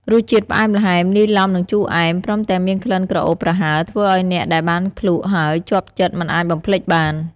រសជាតិផ្អែមល្ហែមលាយឡំនឹងជូរអែម ព្រមទាំងមានក្លិនក្រអូបប្រហើរធ្វើឲ្យអ្នកដែលបានភ្លក្សហើយជាប់ចិត្តមិនអាចបំភ្លេចបាន។